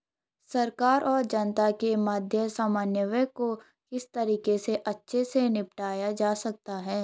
सरकार और जनता के मध्य समन्वय को किस तरीके से अच्छे से निपटाया जा सकता है?